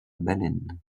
baleine